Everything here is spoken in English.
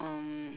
um